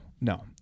no